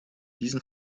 diesen